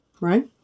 right